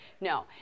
No